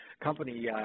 company